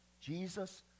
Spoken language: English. Jesus